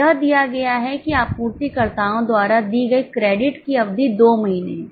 यह दिया गया है कि आपूर्तिकर्ताओं द्वारा दी गई क्रेडिट की अवधि 2 महीने है